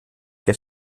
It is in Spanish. que